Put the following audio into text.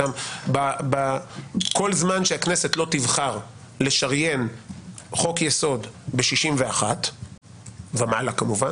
כל זמן שהכנסת לא תבחר לשריין חוק יסוד ב-61 ומעלה כמובן